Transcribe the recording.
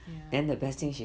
ya